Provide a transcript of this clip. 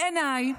בעיניי,